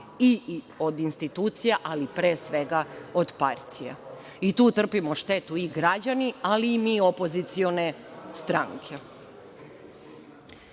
i institucija, ali pre svega od partije. Tu trpimo štetu i građani ali i mi opozicione stranke. Prva